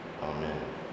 Amen